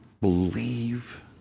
believe